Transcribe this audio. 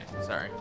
Sorry